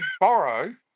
borrow